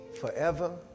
forever